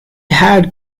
had